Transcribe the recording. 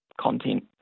content